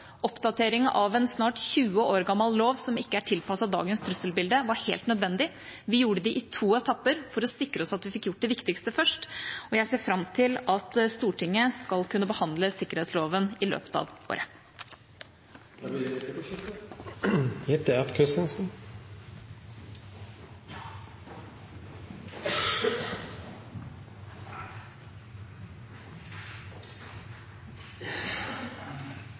Oppdateringen av en snart tjue år gammel lov, som ikke er tilpasset dagens trusselbilde, var helt nødvendig. Vi gjorde det i to etapper for å sikre oss at vi fikk gjort det viktigste først, og jeg ser fram til at Stortinget skal kunne behandle sikkerhetsloven i løpet av året. Det blir replikkordskifte. Riksrevisjonen skriver at et av deres hovedfunn er